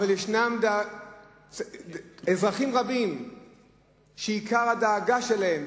אבל ישנם אזרחים רבים שעיקר הדאגה שלהם,